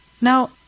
Now